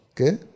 okay